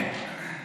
כן.